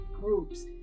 groups